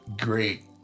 great